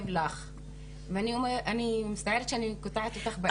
אני מצטערת שאני קוטעת אותך באמצע.